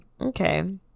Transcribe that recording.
Okay